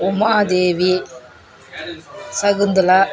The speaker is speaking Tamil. உமாதேவி சகுந்தலா